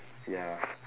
ya